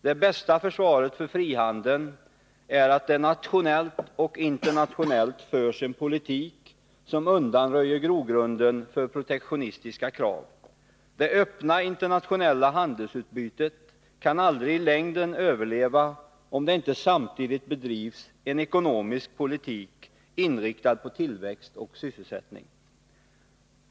Det bästa försvaret för frihandeln är att det nationellt och internationellt förs en politik som undanröjer grogrunden för protektionistiska krav. Det öppna internationella handelsutbytet kan aldrig i längden överleva om det inte samtidigt bedrivs en ekonomisk politik inriktad på tillväxt och sysselsättning.